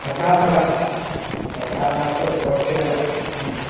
शब्दापगातः तत्कारणात् कोष्ठे एव